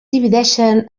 divideixen